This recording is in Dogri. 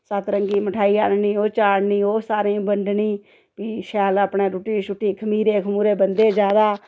सत्त रंगी मठाई आह्ननी ओह् चाढ़नी ओह् सारें गी बंडनी फ्ही शैल अपने रुट्टी शुट्टी खमीरे खमुरे बनदे ज्यादा